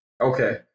Okay